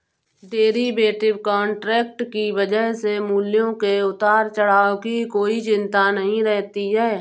derivative contract की वजह से मूल्यों के उतार चढ़ाव की कोई चिंता नहीं रहती है